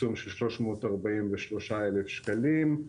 עיצום של 343,000 שקלים.